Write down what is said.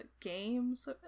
games